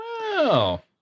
Wow